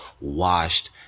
washed